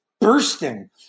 bursting